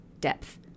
depth